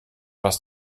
was